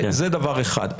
זה דבר אחד.